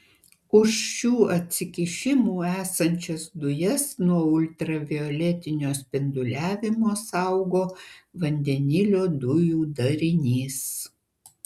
už šių atsikišimų esančias dujas nuo ultravioletinio spinduliavimo saugo vandenilio dujų darinys